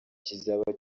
kizaba